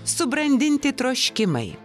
subrandinti troškimai